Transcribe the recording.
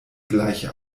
gleiche